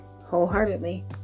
wholeheartedly